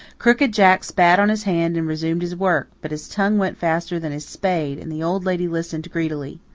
crooked jack spat on his hand and resumed his work, but his tongue went faster than his spade, and the old lady listened greedily.